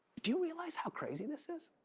do you realize how crazy this is?